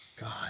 God